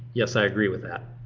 yes i agree with that.